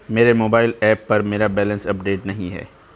मेरे mobile app पर मेरा बैलेंस अपडेट नहीं है